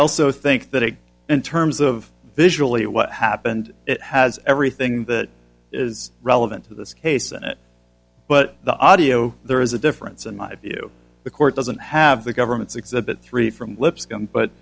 also think that it in terms of visually what happened it has everything that is relevant to this case and it but the audio there is a difference in my view the court doesn't have the government's exhibit three from li